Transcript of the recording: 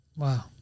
Wow